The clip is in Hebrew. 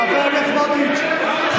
חבר הכנסת גולן, נא לשבת במקום.